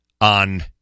on